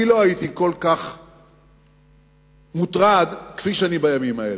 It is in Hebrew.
שאני לא הייתי כל כך מוטרד כפי שאני בימים האלה,